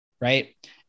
Right